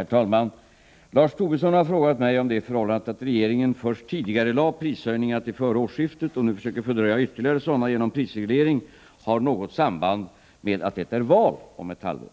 Herr talman! Lars Tobisson har frågat mig om det förhållandet att regeringen först tidigarelade prishöjningar till före årsskiftet och nu försöker fördröja ytterligare sådana genom prisreglering har något samband med att det är val om ett halvår.